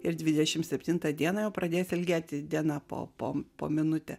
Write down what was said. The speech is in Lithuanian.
ir dvidešim septintą dieną jau pradės ilgėti diena po pom po minutę